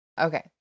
Okay